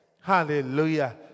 Hallelujah